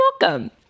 welcome